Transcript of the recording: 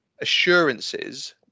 assurances